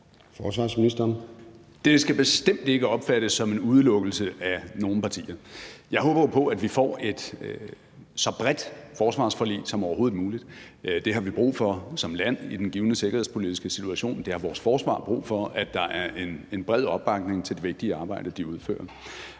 Ellemann-Jensen): Det skal bestemt ikke opfattes som en udelukkelse af nogen partier. Jeg håber jo på, at vi får et så bredt forsvarsforlig som overhovedet muligt. Det har vi brug for som land i den givne sikkerhedspolitiske situation, og vores forsvar har brug for, at der er en bred opbakning til det vigtige arbejde, de udfører.